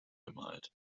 bemalt